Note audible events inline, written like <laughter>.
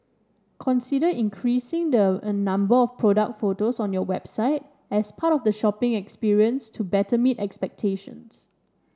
consider increasing the <unintelligible> number of product photos on your website as part of the shopping experience to better meet expectations